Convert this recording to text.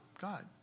God